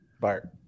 Bart